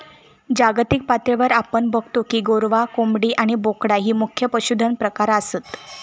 जागतिक पातळीवर आपण बगतो की गोरवां, कोंबडी आणि बोकडा ही मुख्य पशुधन प्रकार आसत